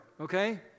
okay